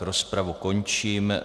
Rozpravu končím.